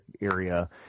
area